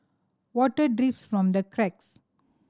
water drips from the cracks